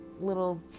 little